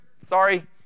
sorry